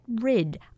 rid